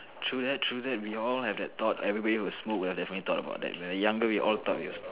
true that true that we all have that thought everybody who smoked would have definitely thought about that when we were younger we all thought it was